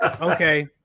Okay